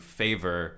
favor